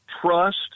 trust